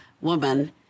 woman